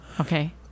Okay